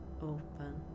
open